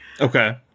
Okay